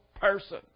person